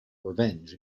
revenge